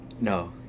No